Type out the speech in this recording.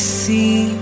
see